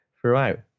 throughout